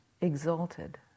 exalted